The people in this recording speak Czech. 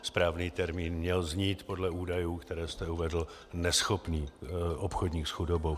Správný termín měl znít podle údajů, které jste uvedl, neschopný obchodník s chudobou.